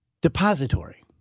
Depository